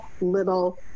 little